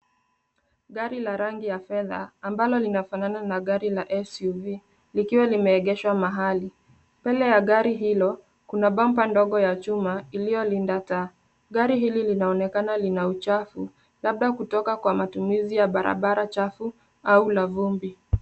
Gari la rangi ya fedha, ambalo linafanana na gari la SUV likiwa limeegeshwa mahali. Mbele ya gari hilo, kuna bampa ndogo ya chuma iliyolinda taa. Gari hili linaonekana lina uchafu labda kutoka kwa matumizi ya barabara chafu au la vumbi.